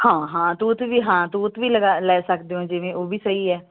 ਹਾਂ ਹਾਂ ਤੂਤ ਵੀ ਹਾਂ ਤੂਤ ਵੀ ਲਗਾ ਲੈ ਸਕਦੇ ਹੋ ਜਿਵੇਂ ਉਹ ਵੀ ਸਹੀ ਹੈ